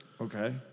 Okay